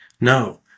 no